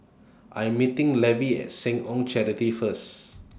I'm meeting Levie At Seh Ong Charity First